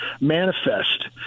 manifest